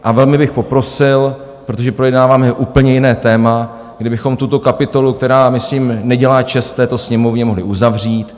A velmi bych poprosil, protože projednáváme úplně jiné téma, kdybychom tuto kapitolu, která myslím nedělá čest této Sněmovně, mohli uzavřít.